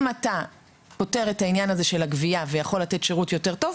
אם אתה פותר את העניין הזה של הגבייה ויכול לתת שירות יותר טוב,